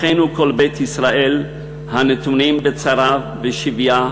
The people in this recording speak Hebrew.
אחינו כל בית ישראל הנתונים בצרה ובשביה,